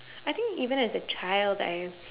I think even as a child I